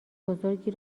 بزرگی